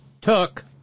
took